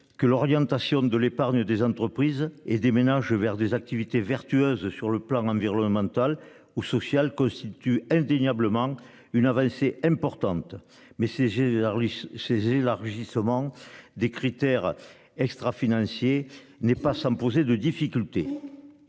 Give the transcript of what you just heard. Que l'orientation de l'épargne des entreprises et des ménages vers des activités vertueuse. Sur le plan environnemental ou social constitue indéniablement une avancée importante mais c'est j'ai la Russie chez élargissement des critères extra-financiers n'est pas sans poser de difficultés.